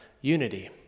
unity